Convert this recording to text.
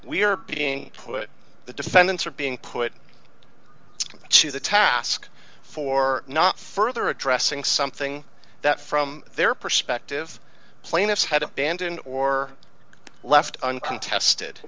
we are being put the defendants are being put to the task for not further addressing something that from their perspective plaintiff had abandoned or left uncontested